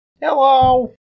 hello